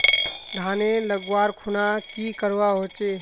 धानेर लगवार खुना की करवा होचे?